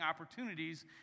Opportunities